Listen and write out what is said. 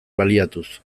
baliatuz